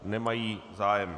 Nemají zájem.